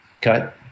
cut